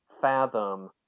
fathom